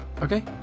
okay